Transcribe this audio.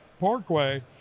parkway